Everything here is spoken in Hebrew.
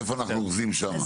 איפה אנחנו אוחזים שם?